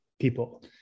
people